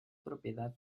propiedad